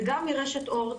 וגם מרשת אורט,